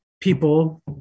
people